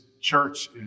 church